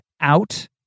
out